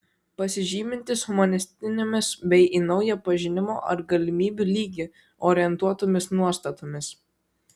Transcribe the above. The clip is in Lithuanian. pasižymintis humanistinėmis bei į naują pažinimo ar galimybių lygį orientuotomis nuostatomis